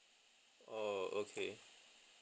oh okay